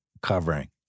covering